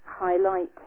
highlight